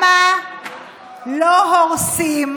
חבר הכנסת